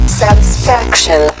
satisfaction